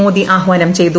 മോദി ആഹ്വാനം ചെയ്തു